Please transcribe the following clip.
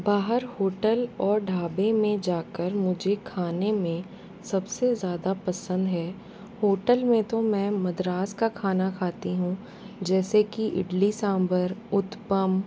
बाहर होटल और ढाबे में जा कर मुझे खाने में सब से ज़्यादा पसंद है होटल में तो मैं मद्रास का खाना खाती हूँ जैसे कि इडली सांभर उत्तपम